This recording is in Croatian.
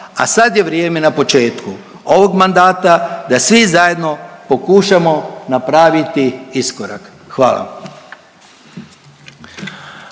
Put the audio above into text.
a sad je vrijeme na početku ovog mandata da svi zajedno pokušamo napraviti iskorak. Hvala.